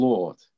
Lord